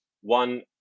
One